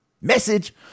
Message